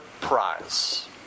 prize